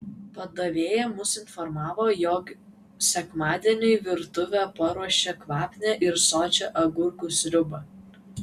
padavėja mus informavo jog sekmadieniui virtuvė paruošė kvapnią ir sočią agurkų sriubą